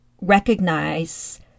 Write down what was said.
recognize